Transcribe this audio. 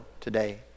today